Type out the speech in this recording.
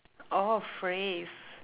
oh phrase